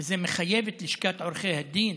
וזה מחייב את לשכת עורכי הדין